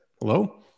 Hello